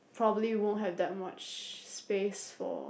probably won't have that much spaces for